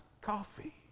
coffee